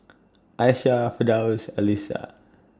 Aishah Firdaus Alyssa